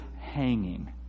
hanging